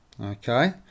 okay